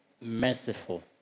merciful